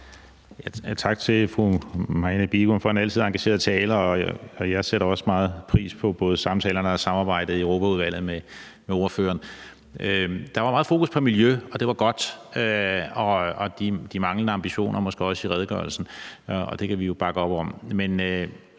Tak til fru Marianne Bigum for en som altid engageret tale, og jeg sætter også meget pris på både samtalerne og samarbejdet i Europaudvalget med ordføreren. Der var meget fokus på miljø, og det var godt, og der var også fokus på de måske manglende ambitioner i redegørelsen, og det kan vi jo bakke op om.